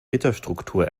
gitterstruktur